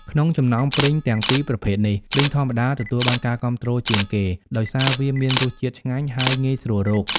ក្នុងចំណោមព្រីងទាំងពីរប្រភេទនេះ ព្រីងធម្មតា ទទួលបានការគាំទ្រជាងគេ ដោយសារវាមានរសជាតិឆ្ងាញ់ ហើយងាយស្រួលរក។